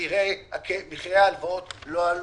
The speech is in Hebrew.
מחירי ההלוואות לא עלו.